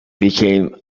became